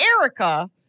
Erica